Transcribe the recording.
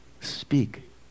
Speak